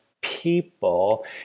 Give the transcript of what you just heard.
people